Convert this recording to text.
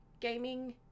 gaming